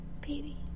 Baby